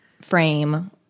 frame